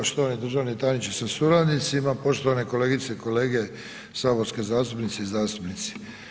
Poštovani državni tajniče sa suradnicima, poštovane kolegice i kolege saborske zastupnice i zastupnici.